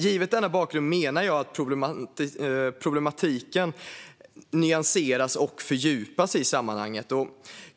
Mot denna bakgrund menar jag att problematiken nyanseras och fördjupas.